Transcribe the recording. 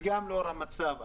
וגם לאור המצב.